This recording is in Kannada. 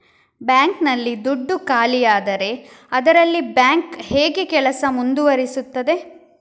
ಬ್ಯಾಂಕ್ ನಲ್ಲಿ ದುಡ್ಡು ಖಾಲಿಯಾದರೆ ಅದರಲ್ಲಿ ಬ್ಯಾಂಕ್ ಹೇಗೆ ಕೆಲಸ ಮುಂದುವರಿಸುತ್ತದೆ?